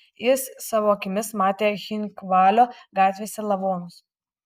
jis savo akimis matė cchinvalio gatvėse lavonus